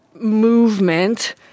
movement